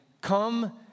come